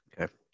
Okay